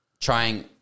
trying